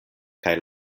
kaj